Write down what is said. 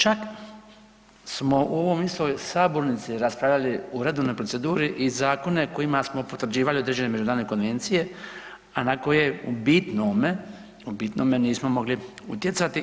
Čak smo u ovoj istoj sabornici raspravljali u redovnoj proceduri i zakone kojima smo potvrđivali određene međunarodne konvencije, a na koje u bitnome nismo mogli utjecati.